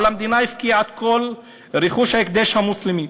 אבל המדינה הפקיעה את כל רכוש ההקדש המוסלמי.